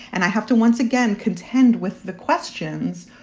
and i have to once again contend with the questions,